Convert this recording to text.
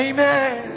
Amen